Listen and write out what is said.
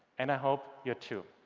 and i hope you are too.